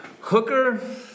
Hooker